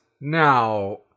now